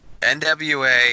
NWA